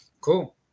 Cool